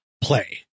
play